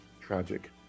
Tragic